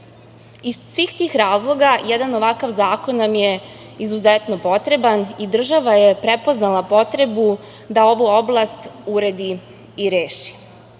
Iz svih tih razloga, jedan ovakav zakon nam je izuzetno potreban i država je prepoznala potrebu da ovu oblast uredi i